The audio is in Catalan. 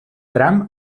tram